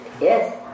Yes